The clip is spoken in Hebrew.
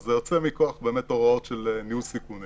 וזה יוצא מכוח הוראות של ניהול סיכונים